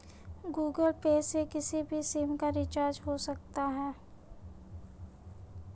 Google Pay से किसी भी सिम का रिचार्ज हो सकता है